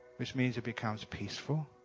which means it becomes peaceful,